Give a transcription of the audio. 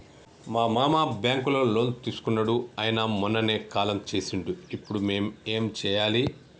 మా మామ బ్యాంక్ లో లోన్ తీసుకున్నడు అయిన మొన్ననే కాలం చేసిండు ఇప్పుడు మేం ఏం చేయాలి?